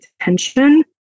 attention